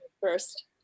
first